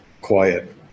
quiet